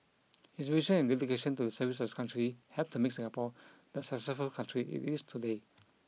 his vision and dedication to the service of his country helped to make Singapore the successful country it is today